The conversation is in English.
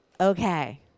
Okay